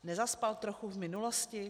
Nezaspal trochu v minulosti?